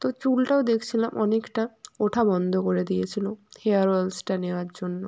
তো চুলটাও দেখছিলাম অনেকটা ওঠা বন্ধ করে দিয়েছিল হেয়ার অয়েলসটা নেওয়ার জন্য